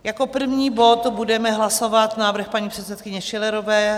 Jako první bod budeme hlasovat návrh paní předsedkyně Schillerové.